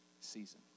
season